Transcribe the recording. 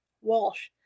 Walsh